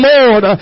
Lord